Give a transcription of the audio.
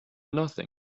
nothing